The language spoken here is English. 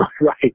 Right